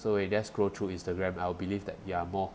so it just scroll through instagram I will believe that you are more